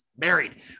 Married